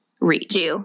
reach